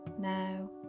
now